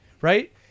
right